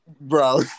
Bro